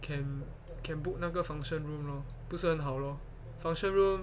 can can book 那个 function room lor 不是很好 lor function room